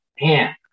man